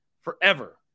forever